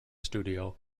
studio